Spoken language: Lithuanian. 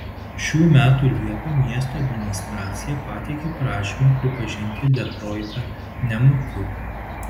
šių metų liepą miesto administracija pateikė prašymą pripažinti detroitą nemokiu